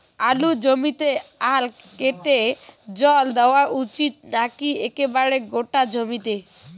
আলুর জমিতে আল কেটে জল দেওয়া উচিৎ নাকি একেবারে গোটা জমিতে?